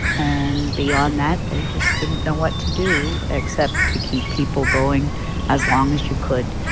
and beyond that, they just didn't know what to do except to keep people going as long as you could.